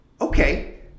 okay